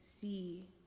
see